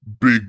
Big